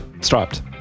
Striped